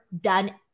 done